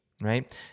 right